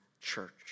church